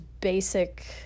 basic